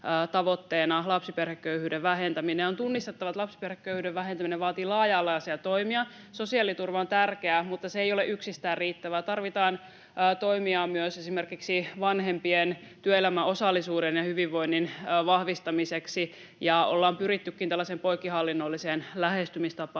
lapsiperheköyhyyden vähentäminen. On tunnistettava, että lapsiperheköyhyyden vähentäminen vaatii laaja-alaisia toimia. Sosiaaliturva on tärkeä, mutta se ei ole yksistään riittävä, vaan tarvitaan toimia myös esimerkiksi vanhempien työelämäosallisuuden ja hyvinvoinnin vahvistamiseksi, ja ollaan pyrittykin tällaiseen poikkihallinnolliseen lähestymistapaan